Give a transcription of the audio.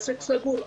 העסק סגור.